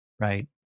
right